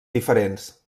diferents